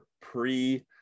pre